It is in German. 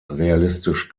realistisch